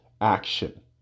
action